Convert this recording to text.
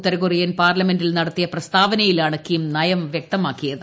ഉത്തരകൊറിയൻ പാർലമെന്റിൽ നടത്തിയ പ്രസ്താവനയിലാണ് കിം നയം വൃക്തമാക്കിയത്